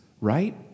Right